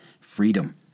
freedom